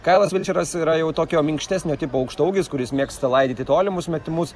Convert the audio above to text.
kailas vinčeras yra jau tokio minkštesnio tipo aukštaūgis kuris mėgsta laidyti tolimus metimus